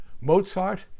Mozart